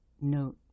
note